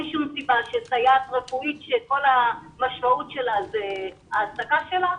שום סיבה שסייעת רפואית שכל המשמעות שלה זה ההעסקה שלה,